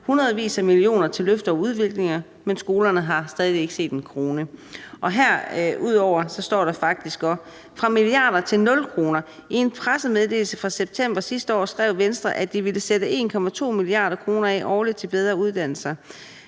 af millioner til løft og udvikling. Men skolerne har stadig ikke set én krone.« Herudover står der: »Fra milliarder til nul kroner: I en pressemeddelelse fra september sidste år skrev Venstre, at de ville sætte 1,2 milliarder kroner af årligt til bedre uddannelser.«